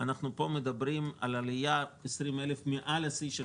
פה אנחנו מדברים על עלייה של 20,000 מעל השיא של